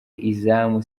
izamu